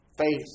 faith